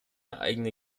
eigene